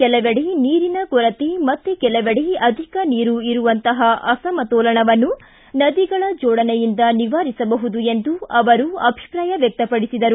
ಕೇಲವೆಡೆ ನೀರಿನ ಕೊರತೆ ಮತ್ತೇ ಕೆಲವೆಡೆ ಅಧಿಕ ನೀರು ಇರುವಂತಹ ಅಸಮತೋಲನವನ್ನು ನದಿಗಳ ಜೋಡಣೆಯಿಂದ ನಿವಾರಿಸಬಹುದು ಎಂದು ಅವರು ಅಭಿಪ್ರಾಯ ವ್ಯಕ್ತಪಡಿಸಿದರು